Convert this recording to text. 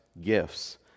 gifts